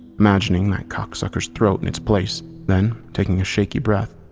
imagining that cocksucker's throat in its place. then, taking a shaky breath,